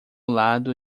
lado